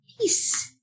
Peace